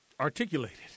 articulated